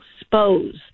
expose